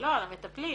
לא, על מטפלים.